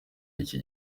y’iki